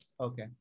Okay